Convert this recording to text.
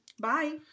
bye